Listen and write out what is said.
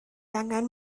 angen